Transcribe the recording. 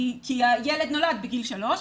כי הילד נולד בגיל 3,